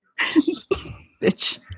Bitch